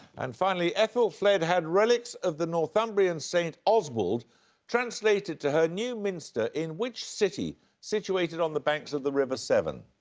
and finally, aethelflaed had relics of the northumbrian saint oswald translated to her new minster in which city situated on the banks of the river severn?